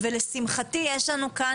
ולשמחתי יש לנו כאן,